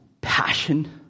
passion